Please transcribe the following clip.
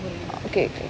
okay